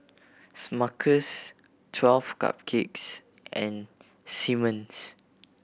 Smuckers Twelve Cupcakes and Simmons